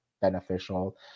beneficial